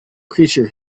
creature